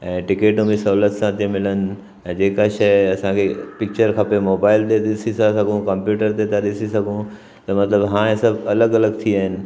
ऐं टिकट बि सहुलियत सां थी मिलनि ऐं जेका शइ असांखे पिचर खपे मोबाइल ते ॾिसी था सघूं कंप्यूटर ते था ॾिसी सघूं त मतिलबु हाणे सभु अलॻि अलॻि थी विया आहिनि